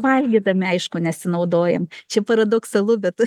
valgydami aišku nesinaudojam čia paradoksalu bet